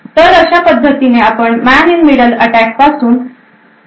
तर अशा पद्धतीने आपण मेन इंन मिडल अटॅक पासून बचाव करू शकतो